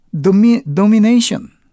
domination